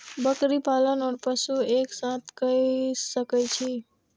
बकरी पालन ओर पशु एक साथ कई सके छी?